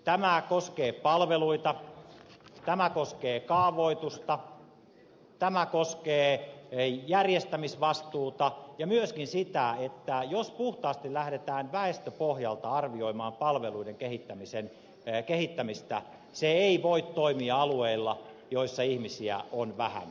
tämä koskee palveluita tämä koskee kaavoitusta tämä koskee järjestämisvastuuta ja myöskin sitä että jos puhtaasti lähdetään väestöpohjalta arvioimaan palveluiden kehittämistä se ei voi toimia alueilla joissa ihmisiä on vähän